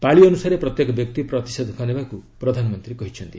ପାଳି ଅନୁସାରେ ପ୍ରତ୍ୟେକ ବ୍ୟକ୍ତି ପ୍ରତିଷେଧକ ନେବାକୁ ପ୍ରଧାନମନ୍ତ୍ରୀ କହିଛନ୍ତି